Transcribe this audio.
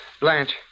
Blanche